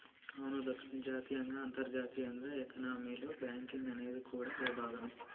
అవును లక్ష్మి జాతీయంగా అంతర్జాతీయంగా ఎకానమీలో బేంకింగ్ అనేది కూడా ఓ భాగమే